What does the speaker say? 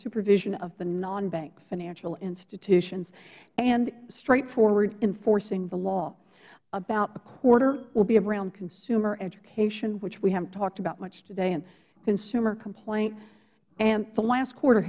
supervision of the nonbank financial institutions and straightforward enforcing the law about a quarter will be around consumer education which we haven't talked about much today and consumer complaint and the last quarter